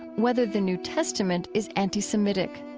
whether the new testament is anti-semitic.